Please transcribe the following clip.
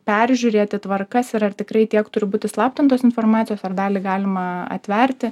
peržiūrėti tvarkas ir ar tikrai tiek turi būt įslaptintos informacijos ar dalį galima atverti